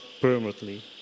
permanently